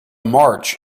march